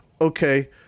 okay